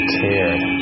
cared